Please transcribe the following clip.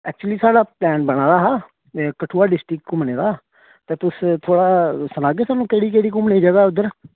actually साढ़ा plan ना दा हा कठुआ डिस्ट्रिक्ट घुम्मनै दा ते तुस थोहाड़ा सनागै सानूं केह्ड़ी केह्ड़ी जगह घुम्मनै दी उद्धर